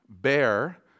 bear